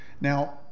Now